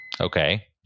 Okay